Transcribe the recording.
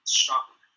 struggle